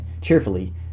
cheerfully